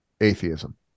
atheism